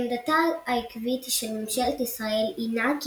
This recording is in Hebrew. עמדתה העקבית של ממשלת ישראל הינה כי